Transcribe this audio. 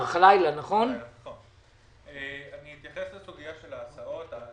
אני אתייחס לסוגיה של ההסעות.